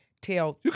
tell